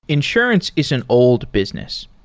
insurance is an old business.